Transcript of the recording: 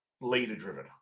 leader-driven